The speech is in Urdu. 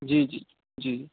جی جی جی